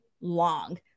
long